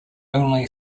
only